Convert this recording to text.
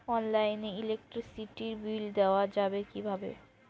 অনলাইনে ইলেকট্রিসিটির বিল দেওয়া যাবে কিভাবে?